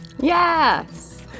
Yes